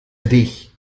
dich